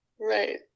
Right